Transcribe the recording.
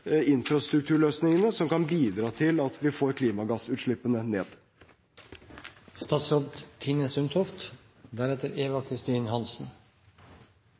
infrastrukturløsningene, som kan bidra til at vi får klimagassutslippene